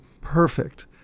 Perfect